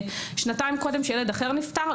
שנתיים קודם כשילד אחר נפטר,